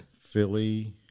Philly